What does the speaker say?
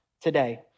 today